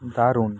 দারুণ